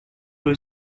peu